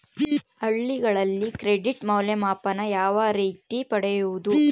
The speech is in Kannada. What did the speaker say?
ಹಳ್ಳಿಗಳಲ್ಲಿ ಕ್ರೆಡಿಟ್ ಮೌಲ್ಯಮಾಪನ ಯಾವ ರೇತಿ ಪಡೆಯುವುದು?